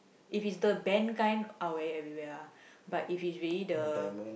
if it's the band kind I'll wear it everywhere ah but if it's really the